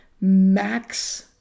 Max